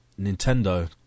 Nintendo